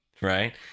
right